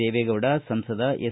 ದೇವೇಗೌಡ ಸಂಸದ ಎಸ್